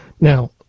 Now